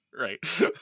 Right